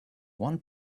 one